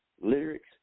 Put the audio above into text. lyrics